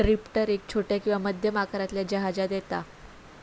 drifter एक छोट्या किंवा मध्यम आकारातल्या जहाजांत येता